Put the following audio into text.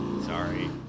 Sorry